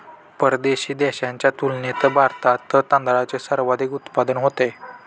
परदेशी देशांच्या तुलनेत भारतात तांदळाचे सर्वाधिक उत्पादन होते